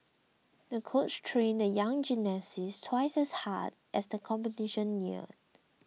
the coach trained the young gymnast twice as hard as the competition neared